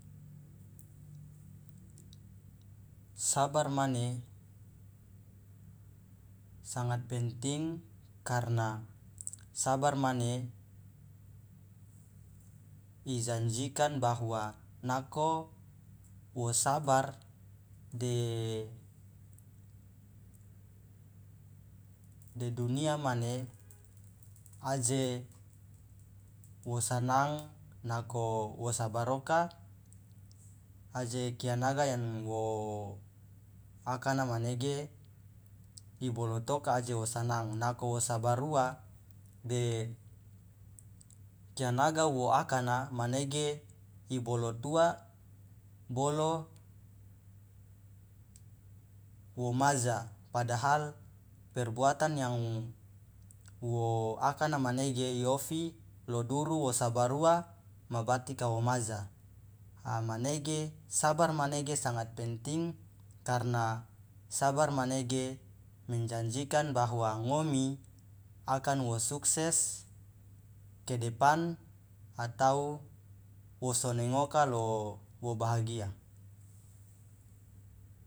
sabar mane sangat penting karna sabar mane ijanjikan bahwa nako wo sabar de dunia mane aje wo sanang nako wo sabar oka aje kianaga yang wo akana manege ibolotoka aje wo sanang nako wo sabar uwa de kianaga wo akana manege ibolotuwa bolo wo maja padahal perbuatan yang wo akana manege iofi lo duru wo sabar uwa mabati ka wamaja a manege sabar manege sangat penting karna sabar manege menjanjikan bahwa ngomi akan wo sukses ke depan atau wo sonengoka lo wo bahagia.